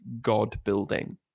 God-building